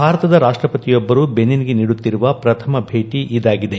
ಭಾರತದ ರಾಷ್ಟ್ವಪತಿಯೊಬ್ಬರು ಬೆನಿನ್ಗೆ ನೀಡುತ್ತಿರುವ ಪ್ರಥಮ ಭೇಟಿ ಇದಾಗಿದೆ